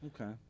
okay